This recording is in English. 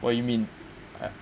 what you mean I